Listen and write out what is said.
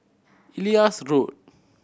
Elias Road